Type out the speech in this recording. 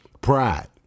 Pride